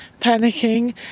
panicking